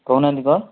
କହୁ ନାହାନ୍ତି କ'ଣ